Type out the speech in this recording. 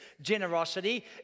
generosity